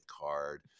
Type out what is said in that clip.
card